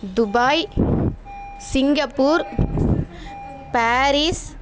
Dubai Singapore Paris